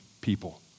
people